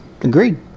Agreed